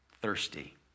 thirsty